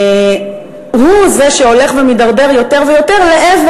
הוא זה שהולך ומידרדר יותר ויותר לעבר